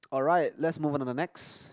alright let's move on to the next